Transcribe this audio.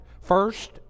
First